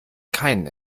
keinen